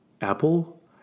apple